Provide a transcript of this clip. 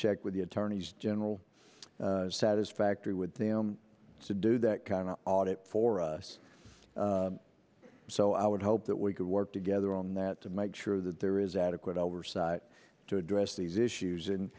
check with the attorneys general satisfactory with them to do that kind of audit for us so i would hope that we could work together on that to make sure that there is adequate oversight to address these issues and